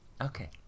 Okay